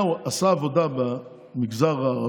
הינה, הציעו לך את זה.